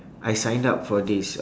I signed up for this